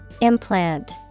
Implant